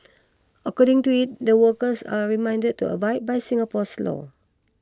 according to it the workers are reminded to abide by Singapore's laws